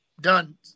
Done